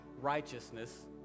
righteousness